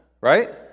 right